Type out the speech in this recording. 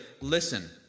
listen